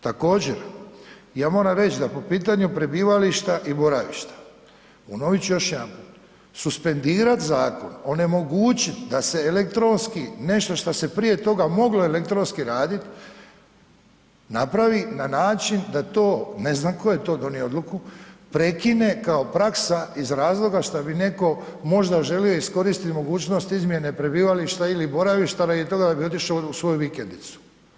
Također, ja moram reći da po pitanju prebivališta i boraviša, ponovit ću još jedanput, suspendirat zakon, onemogućit da se elektronski nešto šta se prije toga moglo elektronski raditi, napravi na način da to, ne znam tko je to donio odluku, prekine kao praksa iz razloga šta bi netko možda želio iskoristiti mogućnost izmjene prebivališta ili boravišta radi toga da bi otišao u svoju vikendicu.